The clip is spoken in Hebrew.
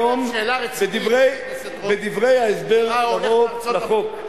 בדברי ההסבר לחוק,